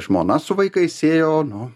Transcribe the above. žmona su vaikais ėjo nu